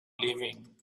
living